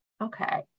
Okay